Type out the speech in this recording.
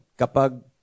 kapag